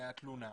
מהתלונה,